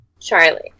Charlie